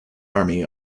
army